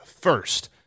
first